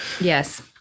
Yes